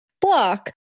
block